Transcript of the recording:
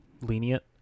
lenient